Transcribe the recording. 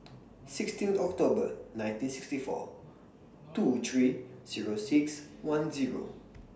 sixteen October nineteen sixty four two three Zero six one Zero